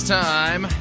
time